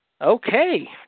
Okay